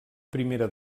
primera